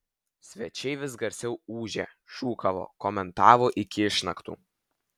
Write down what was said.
svečiai vis garsiau ūžė šūkavo komentavo iki išnaktų